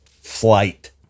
flight